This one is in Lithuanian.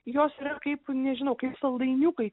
jos yra kaip nežinau kaip saldainiukai